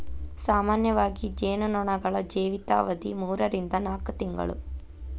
ಸಾಮಾನ್ಯವಾಗಿ ಜೇನು ನೊಣಗಳ ಜೇವಿತಾವಧಿ ಮೂರರಿಂದ ನಾಕ ತಿಂಗಳು